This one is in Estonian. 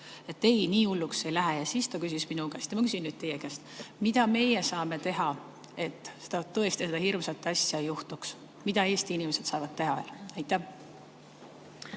Ei, nii hulluks ei lähe. Ja siis ta küsis minu käest ja ma küsin nüüd teie käest: mida meie saame teha, et tõesti seda hirmsat asja ei juhtuks? Mida Eesti inimesed saavad teha? Aitäh